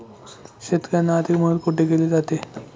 शेतकऱ्यांना आर्थिक मदत कुठे केली जाते?